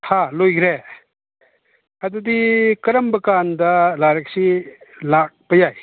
ꯍꯥ ꯂꯣꯏꯈ꯭ꯔꯦ ꯑꯗꯨꯗꯤ ꯀꯔꯝꯕ ꯀꯥꯟꯗ ꯂꯥꯏꯔꯤꯛꯁꯤ ꯂꯥꯛꯄ ꯌꯥꯏ